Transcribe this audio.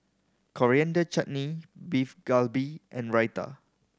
Coriander Chutney Beef Galbi and Raita